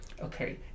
Okay